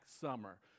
Summer